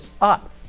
up